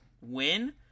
win